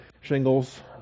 shingles